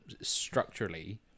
structurally